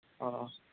ᱚ